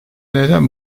neden